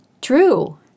True